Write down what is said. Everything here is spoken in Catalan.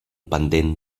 pendent